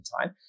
time